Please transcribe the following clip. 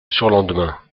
surlendemain